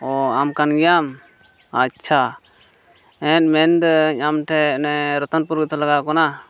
ᱚ ᱟᱢ ᱠᱟᱱ ᱜᱮᱭᱟᱢ ᱟᱪᱪᱷᱟ ᱦᱮᱸ ᱢᱮᱱᱫᱟᱹᱧ ᱟᱢ ᱴᱷᱮᱱ ᱚᱱᱮ ᱨᱚᱛᱚᱱᱯᱩᱨ ᱨᱮᱜᱮ ᱛᱚ ᱞᱟᱜᱟᱣ ᱠᱟᱱᱟ